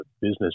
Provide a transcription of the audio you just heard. business